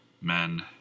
men